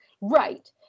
Right